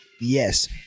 Yes